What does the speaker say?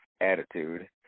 attitude